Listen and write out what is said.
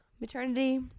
maternity